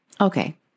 Okay